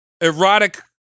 Erotic